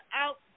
out